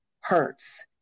hurts